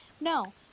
No